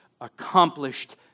accomplished